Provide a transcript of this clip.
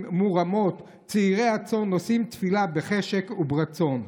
מורמות / צעירי הצאן / נושאים תפילה / בחשק וברצון.